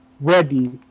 ready